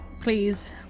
Please